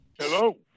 Hello